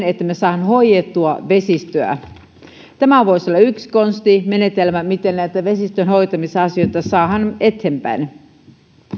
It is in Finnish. että me saamme hoidettua vesistöä tämä voisi olla yksi konsti menetelmä miten näitä vesistönhoitamisasioita saadaan eteenpäin